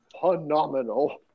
phenomenal